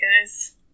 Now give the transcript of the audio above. guys